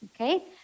Okay